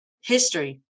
history